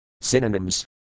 Synonyms